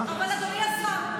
אבל אדוני השר,